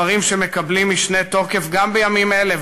דברים שמקבלים משנה תוקף גם בימים אלה,